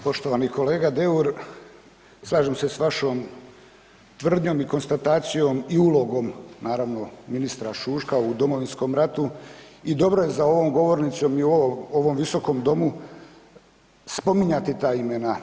Poštovani kolega Deur, slažem se s vašom tvrdnjom i konstatacijom i ulogom naravno ministra Šuška u Domovinskom ratu i dobro je za ovom govornicom i u ovom Visokom domu spominjati ta imena.